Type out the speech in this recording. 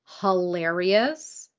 hilarious